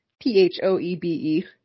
P-H-O-E-B-E